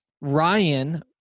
Ryan